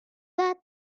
that